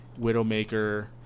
Widowmaker